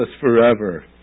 forever